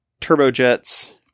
turbojets